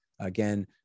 Again